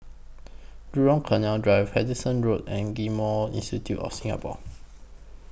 Jurong Canal Drive Henderson Road and Genome Institute of Singapore